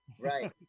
Right